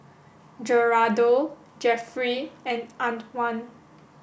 Gerardo Jeffry and Antwan